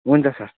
हुन्छ सर